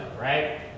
right